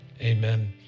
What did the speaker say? amen